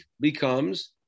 becomes